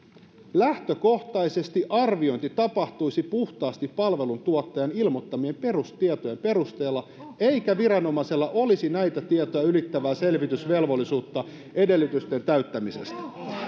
lähtökohtaisesti arviointi tapahtuisi puhtaasti palvelun tuottajan ilmoittamien perustietojen perusteella eikä viranomaisella olisi näitä tietoja ylittävää selvitysvelvollisuutta edellytysten täyttymisestä